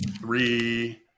three